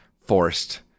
forced